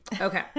Okay